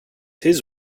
his